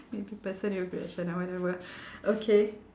maybe person you'll be whatever okay